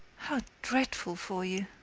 how dreadful for you!